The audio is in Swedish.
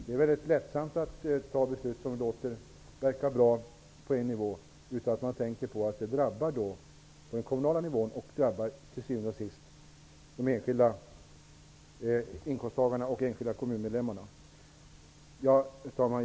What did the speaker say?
Det är mycket lätt att fatta beslut som verkar bra på kommunal nivå utan att tänka på att det till syvende och sist drabbar de enskilda inkomsttagarna och kommuninvånarna. Herr talman!